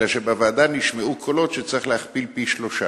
אלא שבוועדה נשמעו קולות שצריך להכפיל פי-שלושה